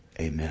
Amen